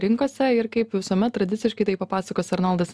rinkose ir kaip visuomet tradiciškai tai papasakos arnoldas